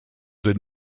did